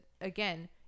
again